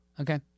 Okay